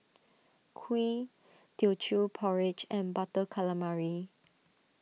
Kuih Teochew Porridge and Butter Calamari